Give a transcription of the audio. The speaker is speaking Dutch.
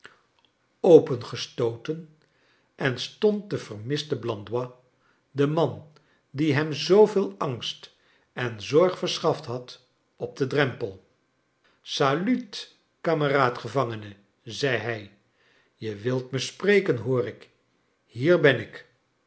opengestooten en stond de vermiste blandois de man die hem zooveel angst en zorg verschaft had op den drempel salut kameraad gevangene zei hij je wilt me spreken hoor ik hier ben ik